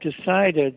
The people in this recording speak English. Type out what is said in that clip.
decided